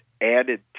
added